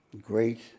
great